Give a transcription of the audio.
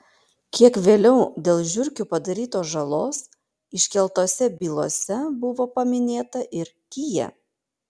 kiek vėliau dėl žiurkių padarytos žalos iškeltose bylose buvo paminėta ir kia